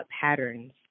patterns